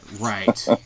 Right